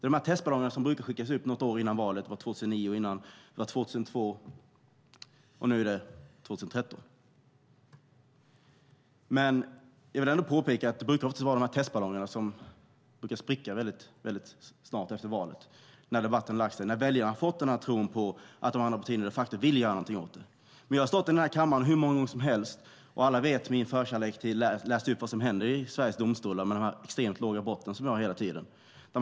Dessa testballonger brukar skickas upp något år före valet, som 2002, 2009 och nu 2013. Men jag vill påpeka att de oftast brukar spricka väldigt snart efter valet, när debatten lagt sig och väljarna har fått tron på att de andra partierna de facto vill göra någonting. Jag har stått i den här kammaren hur många gånger som helst och läst upp vad som hela tiden händer i Sveriges domstolar med de extremt låga straff vi har. Alla vet min förkärlek för det.